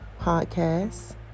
podcast